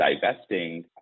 divesting